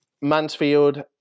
Mansfield